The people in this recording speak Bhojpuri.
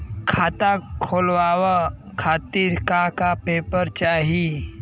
खाता खोलवाव खातिर का का पेपर चाही?